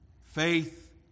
faith